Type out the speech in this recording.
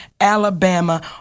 Alabama